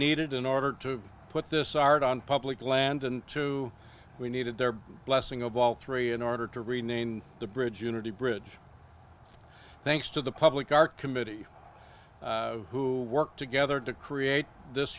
needed in order to put this art on public land and two we needed their blessing of all three in order to remain the bridge unity bridge thanks to the public our committee who worked together to create this